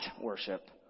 worship